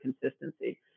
consistency